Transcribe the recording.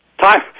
time